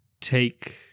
take